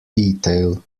detail